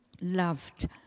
loved